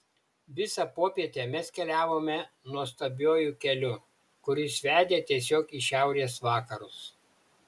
visą popietę mes keliavome nuostabiuoju keliu kuris vedė tiesiog į šiaurės vakarus